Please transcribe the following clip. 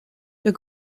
der